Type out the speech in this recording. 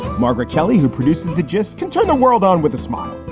margaret kelly, who produces the gist, can turn the world on with a smile.